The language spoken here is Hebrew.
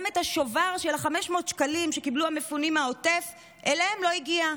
השובר של 500 השקלים שקיבלו המפונים מהעוטף לא הגיע אליהם.